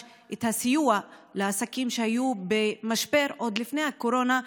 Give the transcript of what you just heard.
את הסיוע לעסקים שהיו במשבר עוד לפני הקורונה,